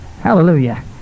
hallelujah